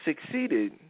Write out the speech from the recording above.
succeeded